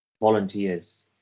volunteers